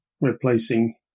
replacing